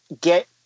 get